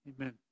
Amen